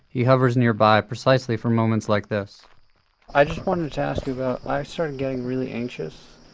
he hovers nearby precisely for moments like this i just wanted to ask you about, i started getting really anxious